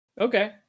Okay